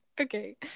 Okay